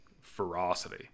ferocity